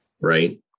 right